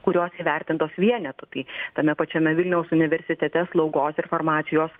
kurios įvertintos vienetu tai tame pačiame vilniaus universitete slaugos ir farmacijos